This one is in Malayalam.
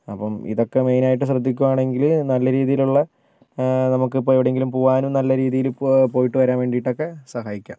അപ്പം ഇതൊക്കെ മെയ്നായിട്ട് ശ്രദ്ധിക്കുകയാണെങ്കിൽ നല്ല രീതിയിലുള്ള നമുക്കിപ്പോൾ എവിടെങ്കിലും പോവാനും നല്ല രീതിയിൽ പോ പോയിട്ട് വരാൻ വേണ്ടിയിട്ടൊക്കെ സഹായിക്കാം